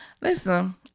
listen